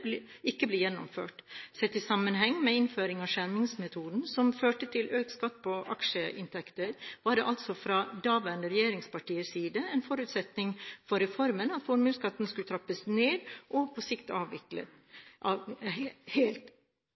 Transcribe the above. prosjekter ikke blir gjennomført. Sett i sammenheng med innføringen av skjermingsmetoden, som førte til økt skatt på aksjeinntekter, var det fra daværende regjeringspartiers side en forutsetning for reformen at formuesskatten skulle trappes ned og på sikt avvikles helt. Dette er nødvendig for at den samlede beskatningen av